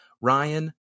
Ryan